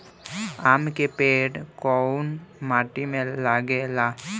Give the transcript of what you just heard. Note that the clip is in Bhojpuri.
आम के पेड़ कोउन माटी में लागे ला?